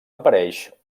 apareix